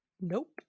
Nope